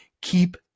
keep